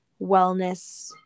wellness